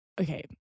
okay